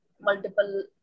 multiple